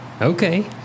Okay